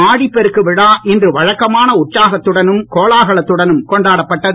ஆடிப்பெருக்கு விழா இன்று வழக்கமான உற்சாகத்துடனும் கோலாகலத்துடனும் கொண்டாடப்பட்டது